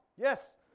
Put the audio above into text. yes